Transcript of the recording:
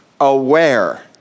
aware